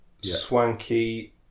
Swanky